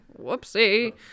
Whoopsie